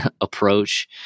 approach